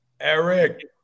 Eric